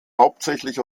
hauptsächlich